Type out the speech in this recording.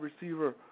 receiver